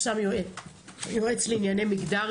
הוא שם יועצת מדהימה לענייני מגדר.